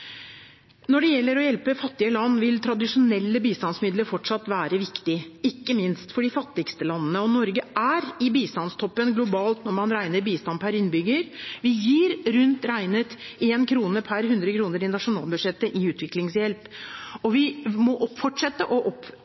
Når det gjelder å hjelpe fattige land, vil tradisjonelle bistandsmidler fortsatt være viktig, ikke minst for de fattigste landene. Norge er i bistandstoppen globalt når man regner bistand per innbygger, vi gir rundt regnet 1 kr per 100 kr i nasjonalbudsjettet i utviklingshjelp, og vi må fortsette å